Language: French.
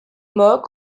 mots